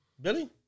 Billy